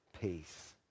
peace